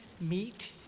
meet